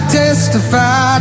testify